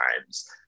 times